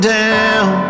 down